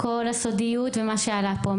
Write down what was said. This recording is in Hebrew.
כל הסודיות ומה שעלה פה,